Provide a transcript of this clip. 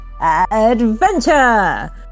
Adventure